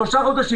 שלושה חודשים.